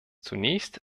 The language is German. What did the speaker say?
zunächst